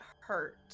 hurt